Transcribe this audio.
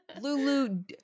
lulu